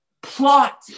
plot